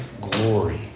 glory